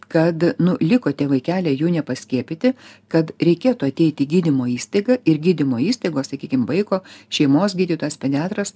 kad nu liko tie vaikeliai jų nepaskiepyti kad reikėtų ateit į gydymo įstaigą ir gydymo įstaigos sakykim vaiko šeimos gydytojas pediatras